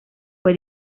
fue